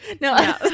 no